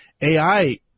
AI